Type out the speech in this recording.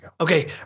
Okay